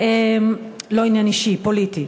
לא עניין אישי, פוליטי.